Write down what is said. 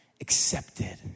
accepted